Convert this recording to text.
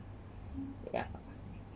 ya